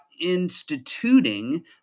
Instituting